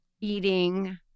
eating